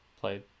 played